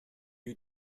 you